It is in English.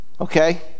okay